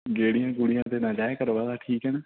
ਗੇੜੀਆਂ ਗੂੜੀਆਂ 'ਤੇ ਨਾ ਜਾਇਆ ਕਰ ਵਾਹਲਾ ਠੀਕ ਹੈ ਨਾ